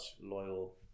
loyal